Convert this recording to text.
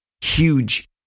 huge